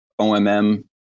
OMM